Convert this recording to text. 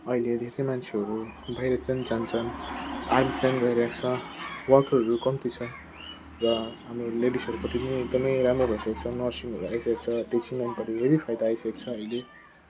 अहिले धेरै मान्छेहरू बाहिरतिर पनि जान्छ आर्मीतिर पनि गइरहेको छ वर्करहरू कम्ती छ र हाम्रो लेडिसहरूपट्टि पनि एकदमै राम्रो भइसकेको छ नर्सिङहरू आइसकेको छ टिचिङ लाइनपट्टि धेरै सुविधा आइसकेको छ अहिले